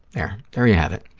there, there you have it.